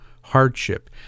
hardship